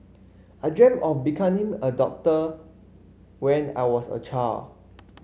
I dreamt of becoming a doctor when I was a child